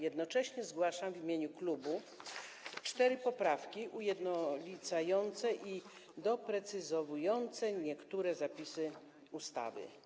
Jednocześnie zgłaszam w imieniu klubu cztery poprawki ujednolicające i doprecyzowujące niektóre zapisy ustawy.